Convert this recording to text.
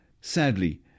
Sadly